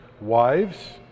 wives